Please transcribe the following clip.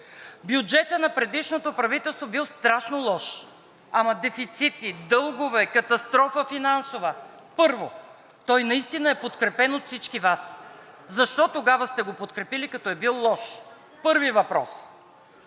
Бюджетът на предишното правителство бил страшно лош – ама дефицити, дългове, финансова катастрофа. Първо, той наистина е подкрепен от всички Вас, защо тогава сте го подкрепили, като е бил лош? Първи въпрос.